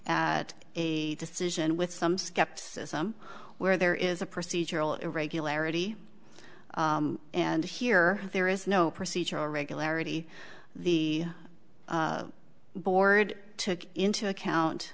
the decision with some skepticism where there is a procedural irregularity and here there is no procedural regularity the board took into account